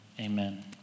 Amen